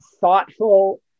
thoughtful